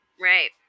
right